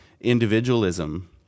individualism